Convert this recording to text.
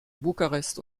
bukarest